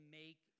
make